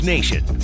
Nation